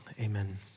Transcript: amen